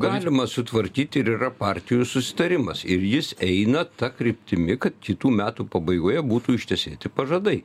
galima sutvarkyti ir yra partijų susitarimas ir jis eina ta kryptimi kad kitų metų pabaigoje būtų ištesėti pažadai